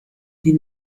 die